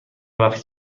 وقت